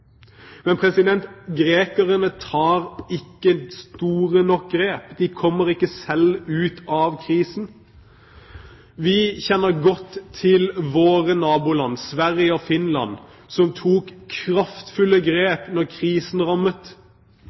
grekerne tar ikke store nok grep, de kommer ikke selv ut av krisen. Vi kjenner godt til våre naboland, Sverige og Finland, som tok kraftfulle grep da krisen rammet.